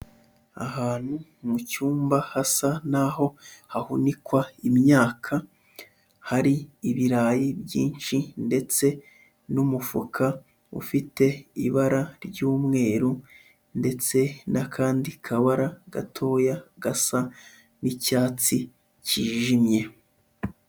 Ahantu mu cyumba hasa naho hahunikwa imyaka, hari ibirayi byinshi ndetse n'umufuka ufite ibara ry'umweru ndetse n'akandi kabara gatoya gasa n'icyatsi cyijimye.